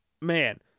man